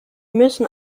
müssen